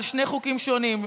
על שני חוקים שונים,